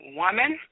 woman